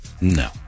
No